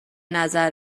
نظر